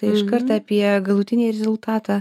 tai iškart apie galutinį rezultatą